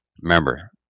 Remember